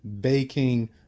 baking